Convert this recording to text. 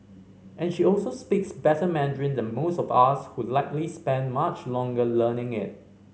and she also speaks better Mandarin than most of us who likely spent much longer learning it